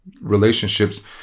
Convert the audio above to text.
relationships